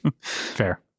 Fair